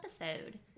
episode